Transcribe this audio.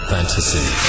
Fantasy